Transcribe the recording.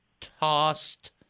tossed